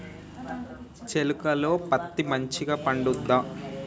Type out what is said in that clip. చేలుక లో పత్తి మంచిగా పండుద్దా?